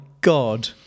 god